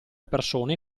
persone